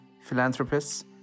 philanthropists